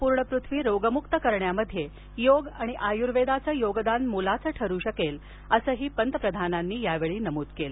पूर्ण पृथ्वी रोगमुक्त करण्यात योग आणि आयुर्वेदाचं योगदान मोलाचं ठरू शकेलं असंही पंतप्रधानांनी यावेळी नमूद केलं